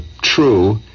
true